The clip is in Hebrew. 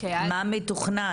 מה מתוכנן?